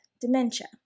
dementia